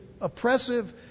oppressive